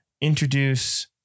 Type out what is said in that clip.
introduce